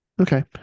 Okay